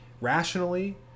rationally